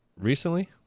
recently